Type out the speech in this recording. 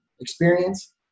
experience